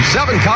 Seven